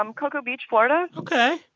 um cocoa beach, fla and ok,